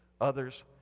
others